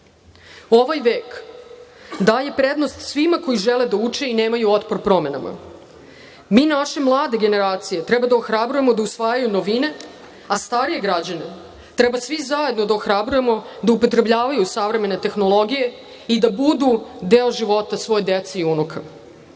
Ovaj vek daje prednost svima koji žele da uče i koji nemaju otpor promenama. Mi naše mlade generacije treba da ohrabrujemo da usvajaju novine, a starije građane treba svi zajedno da ohrabrujemo da upotrebljavaju savremene tehnologije i da budu deo života svoje dece i unuka. Tim